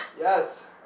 Yes